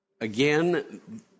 Again